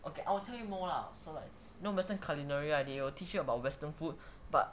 okay I'll tell you more lah so like you know western culinary right they will teach you about western food but